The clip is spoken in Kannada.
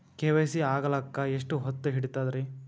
ಕೆ.ವೈ.ಸಿ ಆಗಲಕ್ಕ ಎಷ್ಟ ಹೊತ್ತ ಹಿಡತದ್ರಿ?